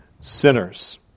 sinners